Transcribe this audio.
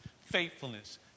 faithfulness